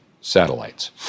satellites